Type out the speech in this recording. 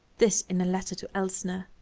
this in a letter to elsner.